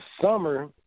summer